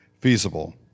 feasible